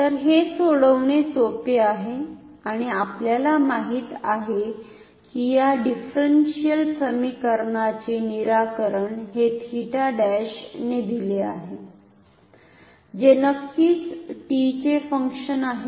तर हे सोडवणे सोपे आहे आणि आपल्याला माहिती आहे की या डिफरनशिअल समीकरणाचे निराकरण हे 𝜃 ′ ने दिले आहे जे नक्कीच t चे फंक्शन आहे